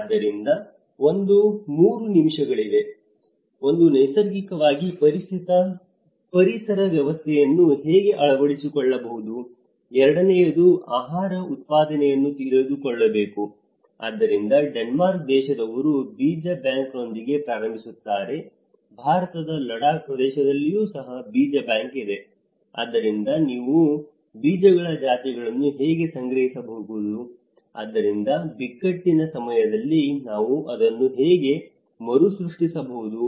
ಆದ್ದರಿಂದ ಒಂದು 3 ವಿಷಯಗಳಿವೆ ಒಂದು ನೈಸರ್ಗಿಕವಾಗಿ ಪರಿಸರ ವ್ಯವಸ್ಥೆಯನ್ನು ಹೇಗೆ ಅಳವಡಿಸಿಕೊಳ್ಳಬಹುದು ಎರಡನೆಯದು ಆಹಾರ ಉತ್ಪಾದನೆಯನ್ನು ತಿಳಿದುಕೊಳ್ಳಬೇಕು ಆದ್ದರಿಂದ ಡೆನ್ಮಾರ್ಕ್ ದೇಶದವರು ಬೀಜ ಬ್ಯಾಂಕ್ನೊಂದಿಗೆ ಪ್ರಾರಂಭಿಸಿದರು ಭಾರತದ ಲಡಾಕ್ ಪ್ರದೇಶದಲ್ಲಿಯೂ ಸಹ ಬೀಜ ಬ್ಯಾಂಕ್ ಇದೆ ಆದ್ದರಿಂದ ನಾವು ಬೀಜಗಳ ಜಾತಿಗಳನ್ನು ಹೇಗೆ ಸಂಗ್ರಹಿಸಬಹುದು ಆದ್ದರಿಂದ ಬಿಕ್ಕಟ್ಟಿನ ಸಮಯದಲ್ಲಿ ನಾವು ಅದನ್ನು ಹೇಗೆ ಮರುಸೃಷ್ಟಿಸಬಹುದು